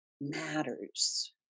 matters